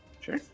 Sure